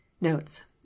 notes